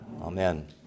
Amen